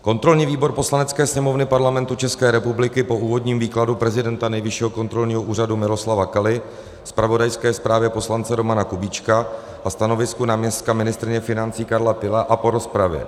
Kontrolní výbor Poslanecké sněmovny Parlamentu České republiky po úvodním výkladu prezidenta Nejvyššího kontrolního úřadu Miloslava Kaly, zpravodajské zprávě poslance Romana Kubíčka a stanovisku náměstka ministryně financí Karla Tyla a po rozpravě